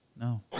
no